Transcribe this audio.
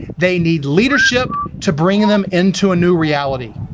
they need leadership to bring them into a new reality.